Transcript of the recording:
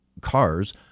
cars